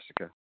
Jessica